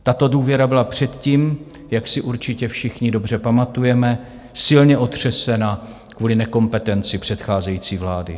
Tato důvěra byla předtím, jak si určitě všichni dobře pamatujeme, silně otřesena kvůli nekompetenci předcházející vlády.